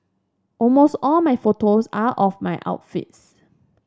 almost all my photos are of my outfits